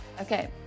Okay